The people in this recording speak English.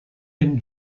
been